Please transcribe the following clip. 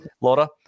Laura